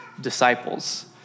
disciples